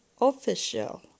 official